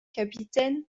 capitaine